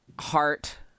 heart